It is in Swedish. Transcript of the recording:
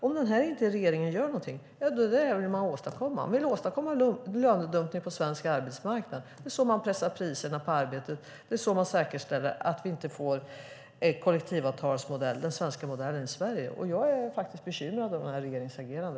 Om regeringen inte gör något åt detta är det vad man vill åstadkomma - man vill åstadkomma lönedumpning på svensk arbetsmarknad. Det är så man pressar priserna på arbete. Det är så man säkerställer att vi inte får den svenska modellen i Sverige. Jag är faktiskt bekymrad över regeringens agerande.